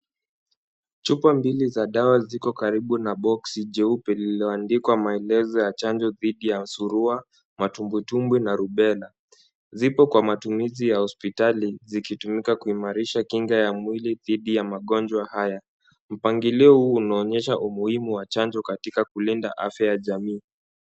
Chupa mbili za dawa ziko karibu na boksi jeupe liloandikwa maelezo ya chanjo dhiidi ya surua, matumbwitumbwi na rubela. Zipo kwa matumizi ya hospitali zikitumika kuimarisha kinga ya mwili dhidi ya magonjwa haya. Mpangilio huu unaonyesha umuhimu wa chanjo katika kulinda afya ya jamii.